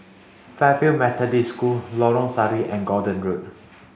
Fairfield Methodist School Lorong Sari and Gordon Road